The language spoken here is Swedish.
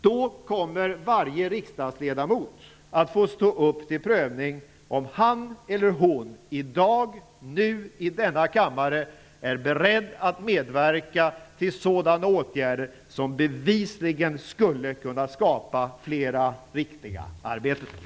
Då kommer varje riksdagsledamot att få stå upp till prövning om han eller hon i dag, nu i denna kammare, är beredd att medverka till sådana åtgärder som bevisligen skulle kunna skapa fler riktiga arbeten.